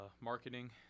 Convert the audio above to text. marketing